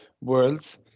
Worlds